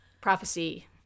prophecy